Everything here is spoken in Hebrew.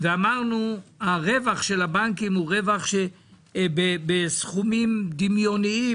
אמרנו שהרווח של הבנקים הוא בסכומים דמיוניים,